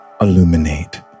illuminate